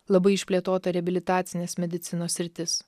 labai išplėtota reabilitacinės medicinos sritis